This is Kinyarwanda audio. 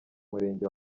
murenge